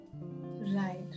Right